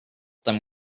them